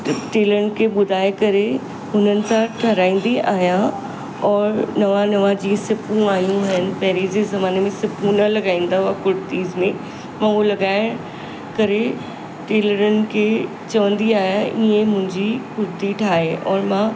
टेलरनि खे ॿुधाए करे हुननि सां ठहाराईंदी आहियां और नवां नवां जीअं सिपूं आयूं आहिनि पहिरीं जे ज़माने में सिपूं न लॻाईंदा हुआ कुर्तीज़ में मां हो लॻाए करे टेलरनि खे चवंदी आहियां ईअं मुंहिंजी कुर्ती ठाहे और मां